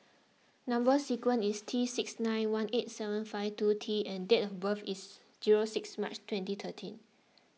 Number Sequence is T six nine one eight seven five two T and date of birth is zero six March twenty thirteen